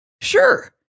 sure